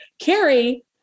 Carrie